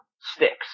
sticks